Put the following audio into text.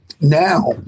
now